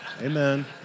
Amen